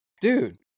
dude